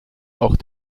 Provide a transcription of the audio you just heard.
auch